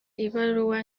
ibaruwa